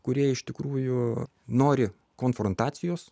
kurie iš tikrųjų nori konfrontacijos